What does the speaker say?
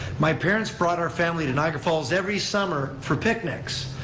my parents brought our family to niagara falls every summer for picnics.